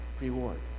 reward